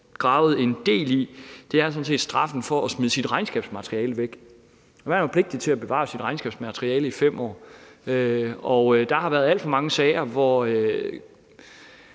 gravet en del i, er sådan set straffen for at smide sit regnskabsmateriale væk. Man er pligtig til at bevare sit regnskabsmateriale i 5 år. Der har været alt for mange sager, hvor